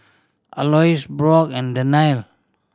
Aloys Brock and